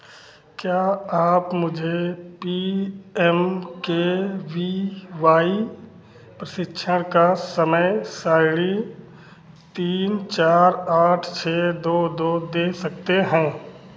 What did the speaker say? क्या आप मुझे P M K V Y प्रशिक्षण का समय सारिणी तीन चार आठ छः दो दो दे सकते हैं